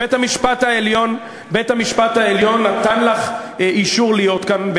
בית-המשפט העליון נתן לך אישור לך להיות כאן.